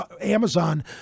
Amazon